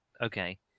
Okay